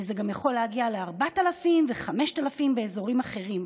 וזה גם יכול להגיע ל-4,000 ו-5,000 באזורים אחרים.